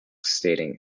stating